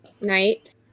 Night